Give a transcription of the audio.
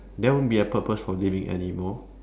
there won't be a purpose for living anymore